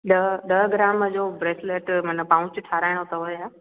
ॾह ॾह ग्राम जो ब्रेसलेट माना पांउच ठाराइणो अथव या